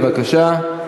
בבקשה.